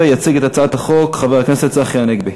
התשע"ג 2013. יציג את הצעת החוק צחי הנגבי,